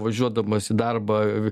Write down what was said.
važiuodamas į darbą